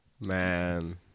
Man